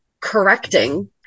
correcting